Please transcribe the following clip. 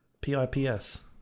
P-I-P-S